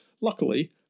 Luckily